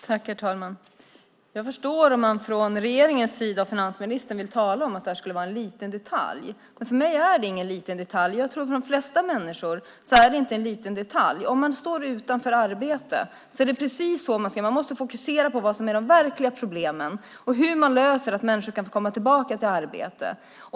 Herr talman! Jag förstår om regeringen och finansministern vill tala om det här som en liten detalj. För mig är det ingen liten detalj. Jag tror att det för de flesta människor inte är en liten detalj om man står utanför arbete. Man måste fokusera på vad som är de verkliga problemen och hur man löser att människor kan få komma tillbaka i arbete.